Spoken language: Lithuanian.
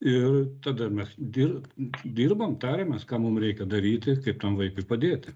ir tada mes dir dirbam tariamės ką mum reikia daryti kaip tam vaikui padėti